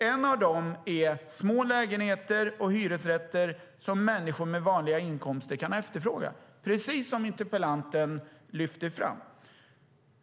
En av dem handlar om små lägenheter och hyresrätter som människor med vanliga inkomster kan efterfråga, precis som interpellanten lyfter fram.